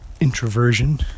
introversion